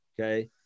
Okay